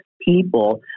people